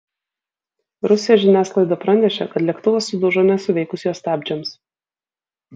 rusijos žiniasklaida pranešė kad lėktuvas sudužo nesuveikus jo stabdžiams